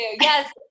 Yes